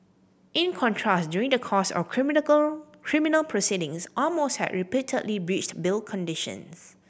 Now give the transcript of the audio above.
in contrast during the course of criminal proceedings Amos had repeatedly breached bail condition